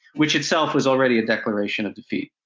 which itself was already a declaration of defeat.